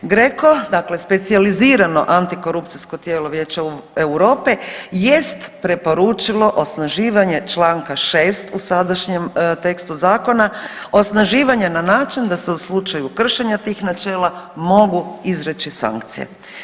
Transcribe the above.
GRECO, dakle specijalizirano antikorupcijsko tijelo Vijeća Europe jest preporučilo osnaživanje čl.6. u sadašnjem tekstu zakona, osnaživanje na način da se u slučaju kršenja tih načela mogu izreći sankcije.